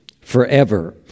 forever